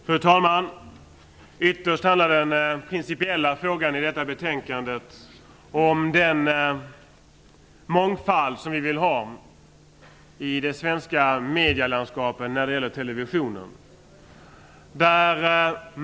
Fru talman! Ytterst handlar den principiella frågan i detta betänkande om den mångfald som vi vill ha i de svenska medielandskapen när det gäller televisionen.